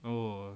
oh